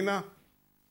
עבריינים קונים SIM,